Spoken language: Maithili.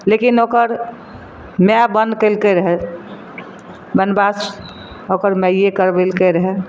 लेकिन ओकर माए बन कयलकै रहए बनबास ओकर माइए करबेलकै रहए